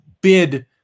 bid